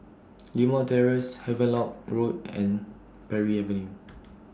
Limau Terrace Havelock Road and Parry Avenue